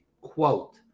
quote